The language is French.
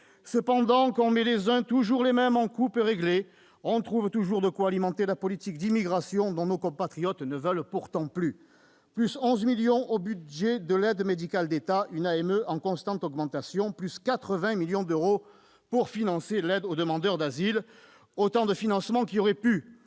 Cependant que l'on met les uns- toujours les mêmes ! -en coupe réglée, on trouve toujours de quoi alimenter la politique d'immigration dont nos compatriotes ne veulent pourtant plus : plus 11 millions d'euros au budget de l'Aide médicale de l'État, une AME en constante augmentation ; plus 80 millions d'euros pour financer l'aide aux demandeurs d'asile. Autant de financements qui auraient pu,